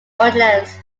ordinance